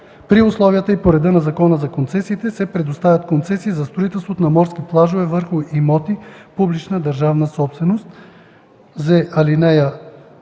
При условията и по реда на Закона за концесиите се предоставят концесии за строителство на морски плажове върху имоти – публична